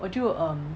我就 um